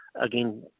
again